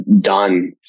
done